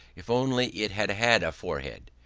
if only it had had a forehead!